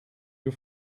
you